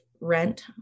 rent